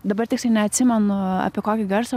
dabar tiksliai neatsimenu apie kokį garsą